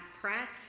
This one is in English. Pratt